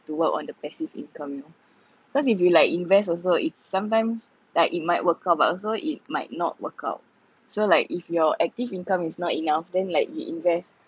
to work on the passive income you know because if you like invest also it sometimes like it might work out but also it might not work out so like if your active income is not enough then like you invest